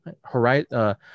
Horizon